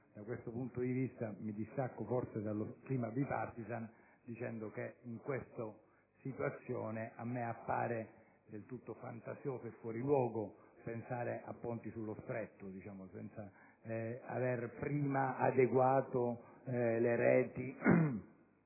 Da questo punto di vista, mi distacco forse dal clima *bipartisan* per affermare che in una simile situazione mi appare del tutto fantasioso e fuori luogo pensare a ponti sullo Stretto senza avere prima adeguato le reti